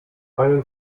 einen